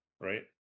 right